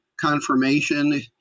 confirmation